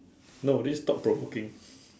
no this is thought provoking